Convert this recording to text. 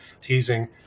teasing